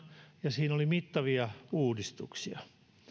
ja siinä oli mittavia uudistuksia